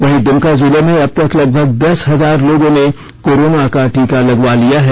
वहीं द्मका जिले में अब तक लगभग दस हजार लोगों ने कोरोना का टीका लगवा लिया है